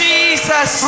Jesus